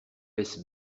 laisse